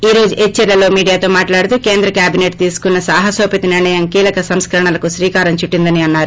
ఈ రోజు ఎచ్చర్లలో మీడియాతో మాట్లాడుతూ కేంద్ర క్యాబినెట్ తీసికున్న సాహనోపత నిర్ణయం కీలక సంస్కరణలకు శ్రీకారం చుట్టిందని అన్నారు